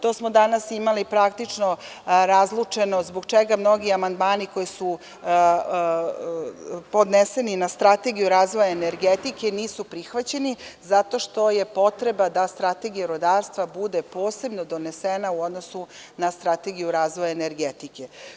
To smo danas imali praktično razlučeno zbog čega mnogi amandmani koji su podneti na Strategiju razvoja energetike nisu prihvaćeni, zato što je potreba da strategija rudarstva bude posebno donesena u odnosu na Strategiju razvoja energetike.